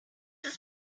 ist